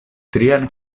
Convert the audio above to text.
trian